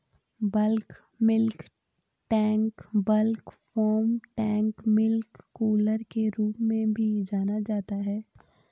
bulk milk tank bulk farm tank milk cooler के रूप में भी जाना जाता है,